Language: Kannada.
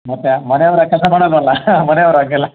ಮತ್ತು ಮನೆಯವ್ರು ಆ ಕೆಲಸ ಮಾಡಲ್ಲವಲ್ಲ ಮನೆಯವ್ರು ಹಂಗೆಲ್ಲ